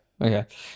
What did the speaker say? okay